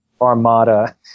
armada